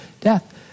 death